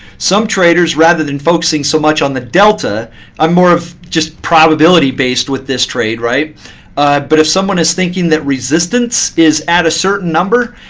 some traders, rather than focusing so much on the delta i'm more of just probability based with this trade but if someone is thinking that resistance is at a certain number,